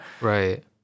Right